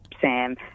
Sam